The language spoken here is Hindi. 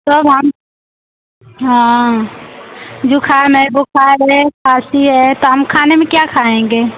कब हम हाँ जुखाम है बुखार है खासी है तो हम खाने में क्या खायेंगे